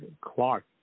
Clark